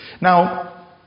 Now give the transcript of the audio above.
Now